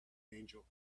angel